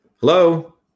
Hello